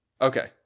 Okay